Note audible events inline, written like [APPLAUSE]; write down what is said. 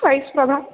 [UNINTELLIGIBLE]